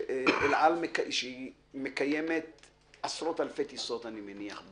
ואל על מקיימת עשרות אלפי טיסות בשנה, אני מניח,